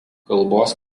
kalbos